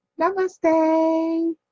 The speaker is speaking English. Namaste